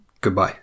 Goodbye